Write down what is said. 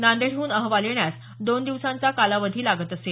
नांदेडहून अहवाल येण्यास दोन दिवसांचा कालावधी लागत असे